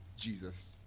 Jesus